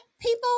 people